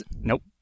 Nope